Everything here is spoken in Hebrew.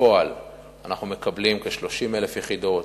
בפועל אנחנו מקבלים כ-30,000 יחידות,